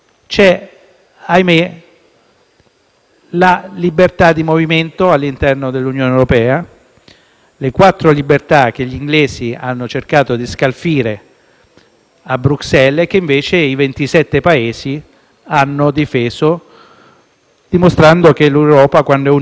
la libertà di movimento all'interno dell'Unione europea. Quattro sono le libertà che gli inglesi hanno cercato di scalfire a Bruxelles e che invece i 27 Paesi hanno difeso, dimostrando che l'Europa, quando è unita, può essere estremamente efficace.